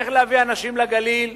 איך להביא אנשים לגליל,